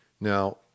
now